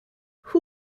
who